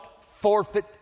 forfeit